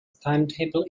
timetable